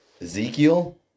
Ezekiel